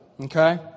okay